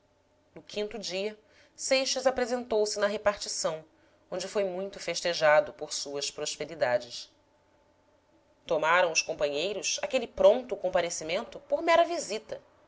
no quinto dia seixas apresentou-se na repartição onde foi muito festejado por suas prosperidades tomaram os companheiros aquele pronto comparecimento por mera visita